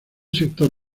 sector